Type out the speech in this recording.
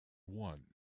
one